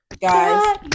guys